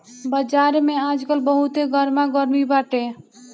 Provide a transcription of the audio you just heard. बाजार में आजकल बहुते गरमा गरमी बाटे